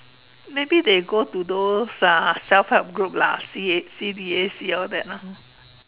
maybe they go to those uh self help group lah C_A~ C B_A_C all that lah